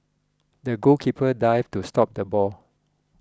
the goalkeeper dived to stop the ball